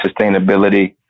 sustainability